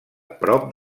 prop